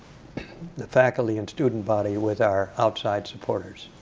the faculty and student body with our outside supporters.